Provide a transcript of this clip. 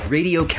Radio